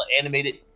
animated